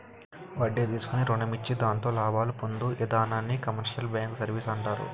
వడ్డీ తీసుకుని రుణం ఇచ్చి దాంతో లాభాలు పొందు ఇధానాన్ని కమర్షియల్ బ్యాంకు సర్వీసు అంటారు